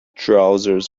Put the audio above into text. trousers